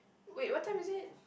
wait what time is it